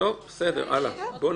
12א.(ב)